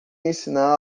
ensinar